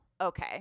okay